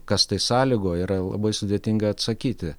kas tai sąlygoja yra labai sudėtinga atsakyti